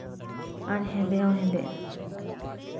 ᱟᱨ ᱦᱮᱸᱫᱮ ᱦᱚᱸ ᱦᱮᱸᱫᱮᱜᱼᱟ